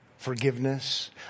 forgiveness